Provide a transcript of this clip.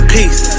Peace